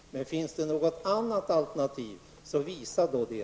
Men finns det något annat alternativ? Visa då det!